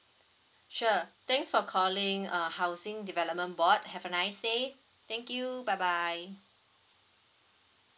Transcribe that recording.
sure thanks for calling uh housing development board have a nice day thank you bye bye